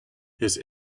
his